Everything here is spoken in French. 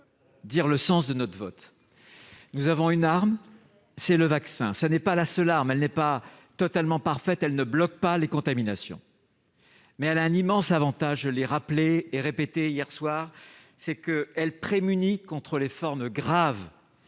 dire le sens de notre vote. Nous avons une arme, le vaccin. Ce n'est pas la seule arme, elle n'est pas parfaite, elle n'empêche pas les contaminations. Mais elle a un immense avantage, que j'ai rappelé plusieurs fois hier soir : elle prémunit contre les formes graves.